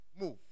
move